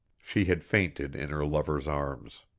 she had fainted in her lover's arms.